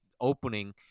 opening